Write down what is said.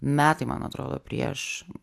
metai man atrodo prieš